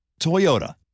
Toyota